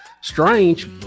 strange